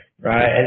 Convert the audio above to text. right